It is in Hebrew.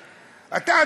אתה,